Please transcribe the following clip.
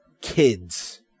kids